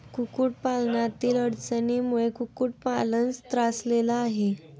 कुक्कुटपालनातील अडचणींमुळे कुक्कुटपालक त्रासलेला आहे